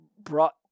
brought